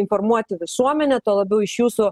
informuoti visuomenę tuo labiau iš jūsų